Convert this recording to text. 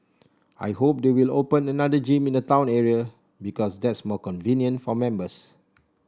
I hope they will open another gym in the town area because that's more convenient for members